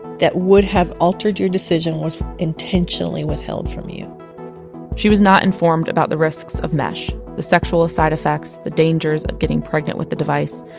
that would have altered your decision was intentionally withheld from you she was not informed about the risks of mesh the sexual side effects, the dangers of getting pregnant with the device.